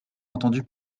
entendu